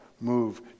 Move